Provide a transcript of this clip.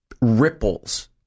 ripples